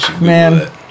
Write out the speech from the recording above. Man